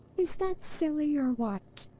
is that silly or what?